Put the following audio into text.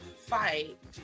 fight